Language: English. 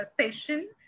session